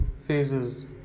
phases